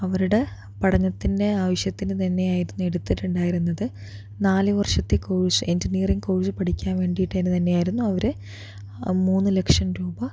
അവരുടെ പഠനത്തിൻ്റെ ആവശ്യത്തിനു തന്നെയായിരുന്നു എടുത്തിട്ടുണ്ടായിരുന്നത് നാലുവർഷത്തെ കോഴ്സ് എൻജിനീയറിങ്ങ് കോഴ്സ് പഠിക്കാൻ വേണ്ടീട്ട് തന്നെയായിരുന്നു അവര് മൂന്നുലക്ഷം രൂപ